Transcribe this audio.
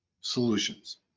solutions